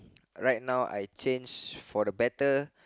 right now I change for the better